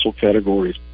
categories